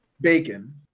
Bacon